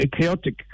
chaotic